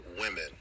women